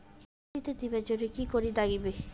কিস্তি টা দিবার জন্যে কি করির লাগিবে?